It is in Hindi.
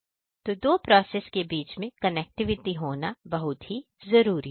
दो प्रोसेसेस के बीच कनेक्टिविटी होना जरूरी है